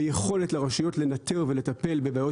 ביכולת של הרשויות לנטר ולטפל בבעיות